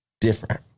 different